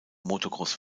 motocross